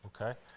Okay